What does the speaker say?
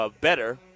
better